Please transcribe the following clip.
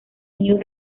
new